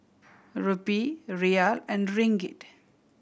Rupee Riel and Ringgit